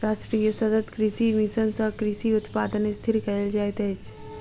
राष्ट्रीय सतत कृषि मिशन सँ कृषि उत्पादन स्थिर कयल जाइत अछि